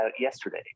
yesterday